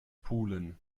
pulen